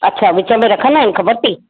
अच्छा विच में रखंदा आहिनि ख़बर अथई